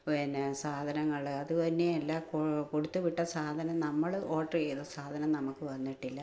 പിന്നെ സാധനങ്ങൾ അതുതന്നെ എല്ലാ കൊടുത്തുവിട്ട സാധനം നമ്മൾ ഓഡർ ചെയ്ത സാധനം നമുക്ക് വന്നിട്ടില്ല